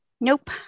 Nope